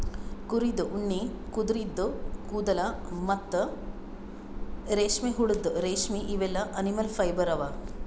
ಕುರಿದ್ ಉಣ್ಣಿ ಕುದರಿದು ಕೂದಲ ಮತ್ತ್ ರೇಷ್ಮೆಹುಳದ್ ರೇಶ್ಮಿ ಇವೆಲ್ಲಾ ಅನಿಮಲ್ ಫೈಬರ್ ಅವಾ